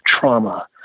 trauma